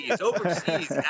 Overseas